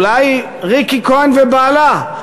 אולי לריקי כהן ובעלה: